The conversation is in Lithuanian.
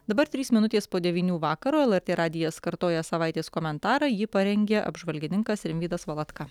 dabar trys minutės po devynių vakaro lrt radijas kartoja savaitės komentarą jį parengė apžvalgininkas rimvydas valatka